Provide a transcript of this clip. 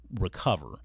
recover